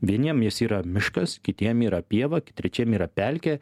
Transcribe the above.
vieniem jis yra miškas kitiem yra pieva trečiam yra pelkė